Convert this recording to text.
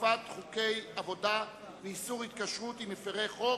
אכיפת חוקי עבודה ואיסור התקשרות עם מפירי חוק),